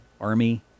army